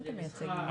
אדוני היושב-ראש,